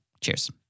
Cheers